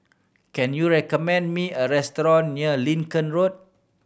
can you recommend me a restaurant near Lincoln Road